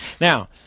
Now